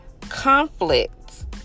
conflict